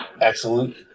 Excellent